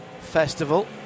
Festival